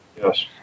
Yes